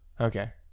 Okay